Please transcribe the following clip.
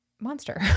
monster